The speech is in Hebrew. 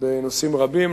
בנושאים רבים,